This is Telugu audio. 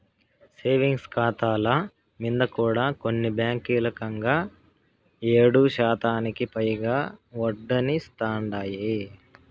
సేవింగ్స్ కాతాల మింద కూడా కొన్ని బాంకీలు కంగా ఏడుశాతానికి పైగా ఒడ్డనిస్తాందాయి